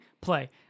play